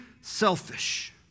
selfish